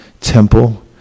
temple